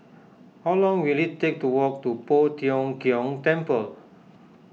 how long will it take to walk to Poh Tiong Kiong Temple